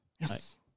yes